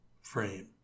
frame